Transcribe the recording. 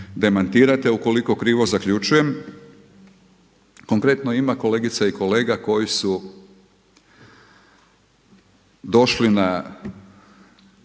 demantirate ukoliko krivo zaključujem, konkretno ima kolegica i kolega koji su došli na